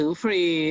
free